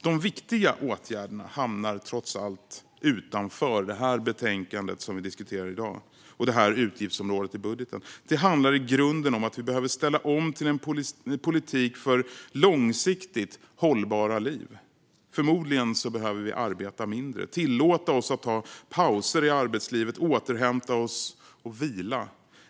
De viktiga åtgärderna hamnar trots allt utanför det betänkande vi diskuterar i dag och det här utgiftsområdet i budgeten. Vi behöver i grunden ställa om till en politik för långsiktigt hållbara liv. Förmodligen behöver vi arbeta mindre, tillåta oss att ta pauser i arbetslivet, återhämta oss och vila.